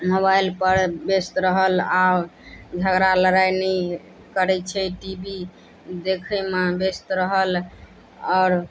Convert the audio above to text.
mobile पर व्यस्त रहल आ झगड़ा लड़ाइ नहि करै छै टी वी देखैमे व्यस्त रहल आओर